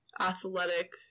athletic